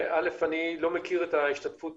ראשית, אני לא מכיר את ההשתתפות